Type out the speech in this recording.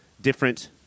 different